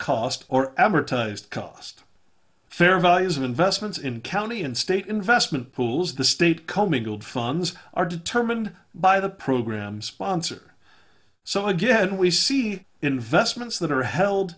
cost or advertised cost fair values of investments in county and state investment pools the state commingled funds are determined by the program sponsor so again we see investments that are held